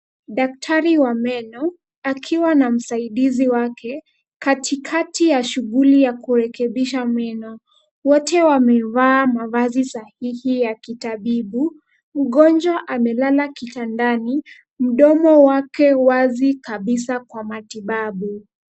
Daktari wa meno akiwa na msaidizi wake, katikati ya shughuli ya kurekebisha meno. Wote wamevaa mavazi sahihi ya kitabibu, mgonjwa amelala kitandani mdomo wake wazi kabisa kwa matibabu.